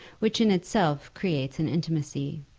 which in itself creates an intimacy.